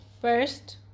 First